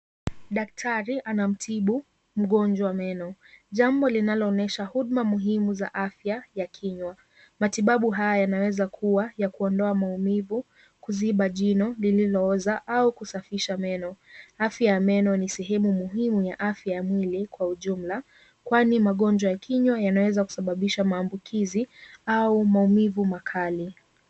Daktari anamtibu mgonjwa meno jambo linaloonyesha huduma muhimu za afya ya kinywa. Matibabu haya yanaweza kuwa yakuondoa maumivu, kiziba jino lililooza au kusafisha meno. Afya ya meno ni sehemu muhimu ya afya ya mwili kwa ujumla kwani magonjwa ya kinywa yanaweza kusababisha maambukizi au maumivu makali.